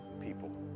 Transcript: people